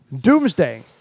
doomsday